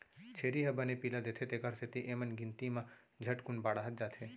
छेरी ह बने पिला देथे तेकर सेती एमन गिनती म झटकुन बाढ़त जाथें